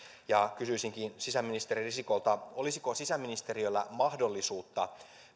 kysyisinkin sisäministeri risikolta olisiko sisäministeriöllä mahdollisuutta